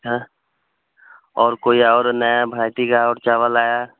हाँ और और कोई और नया भेराइटी का और चावल आया है